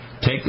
Take